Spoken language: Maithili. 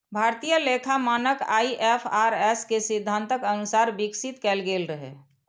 भारतीय लेखा मानक आई.एफ.आर.एस के सिद्धांतक अनुसार विकसित कैल गेल रहै